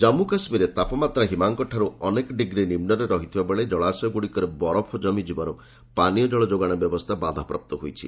ଜାନ୍ମୁ କାଶ୍ମୀରେ ତାପମାତ୍ରା ହିମାଙ୍କଠାରୁ ଅନେକ ଡିଗ୍ରୀ ନିମ୍ନରେ ରହିଥିବା ବେଳେ ଜଳାଶୟଗୁଡ଼ିକରେ ବରଫ ଜମିଯିବାରୁ ପାନୀୟ ଜଳ ଯୋଗାଣ ବ୍ୟବସ୍ଥା ବାଧାପ୍ରାପ୍ତ ହୋଇଛି